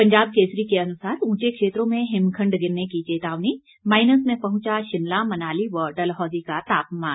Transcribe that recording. पंजाब केसरी के अनुसार ऊंचे क्षेत्रों में हिमखंड गिरने की चेतावनी माईनस में पहुंचा शिमला मनाली व डलहौजी का तापमान